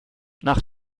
nach